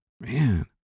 man